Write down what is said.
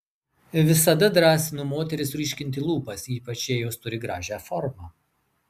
visada drąsinu moteris ryškinti lūpas ypač jei jos turi gražią formą